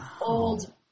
old